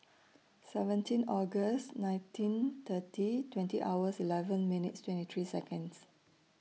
seventeen August nineteen thirty twenty hours eleven minutes twenty three Seconds